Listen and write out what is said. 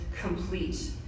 complete